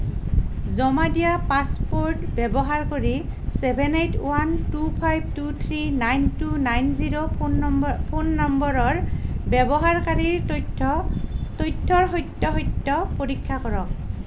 জমা দিয়া পাছপ'ৰ্ট ব্যৱহাৰ কৰি seven eight one two five two three nine two nine zero phone number phone নম্বৰৰ ব্যৱহাৰকাৰীৰ তথ্যৰ সত্য়াসত্য় পৰীক্ষা কৰক